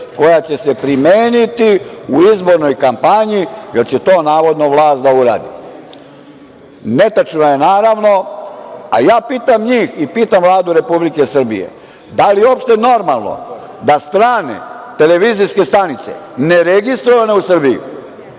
koja će se primeniti u izbornoj kampanji, jer će to, navodno vlast da uradi. Netačno je naravno. Ja pitam njih i pitam Vladu Republike Srbije - da li je uopšte normalno da strane televizijske stanice, neregistrovane u Srbiji,